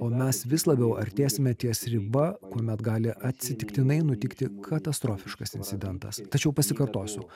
o mes vis labiau artėsime ties riba kuomet gali atsitiktinai nutikti katastrofiškas incidentas tačiau pasikartosiu